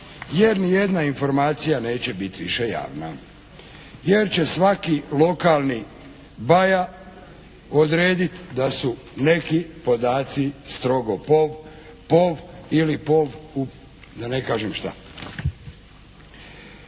jer ni jedna informacija neće bit više javna. Jer će svaki lokalni baja odredit da su neki podaci strogo pov., pov., ili pov. da ne kažem šta.